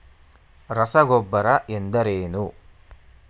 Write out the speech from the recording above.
ರಸಗೊಬ್ಬರ ಎಂದರೇನು?